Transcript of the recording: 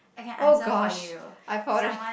oh gosh I thought it